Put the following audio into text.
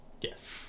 Yes